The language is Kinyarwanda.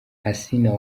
asinah